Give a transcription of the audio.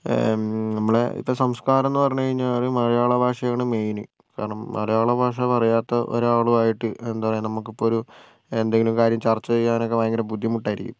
നമ്മളുടെ ഇപ്പം സംസ്കാരം എന്ന് പറഞ്ഞു കഴിഞ്ഞാൽ മലയാള ഭാഷയാണ് മെയിൻ കാരണം മലയാള ഭാഷ പറയാത്ത ഒരാളുമായിട്ട് എന്താ പറയുക നമുക്ക് ഇപ്പം ഒരു എന്തെങ്കിലും കാര്യം ചർച്ച ചെയ്യാൻ ഒക്കെ ഭയങ്കര ബുദ്ധിമുട്ടായിരിക്കും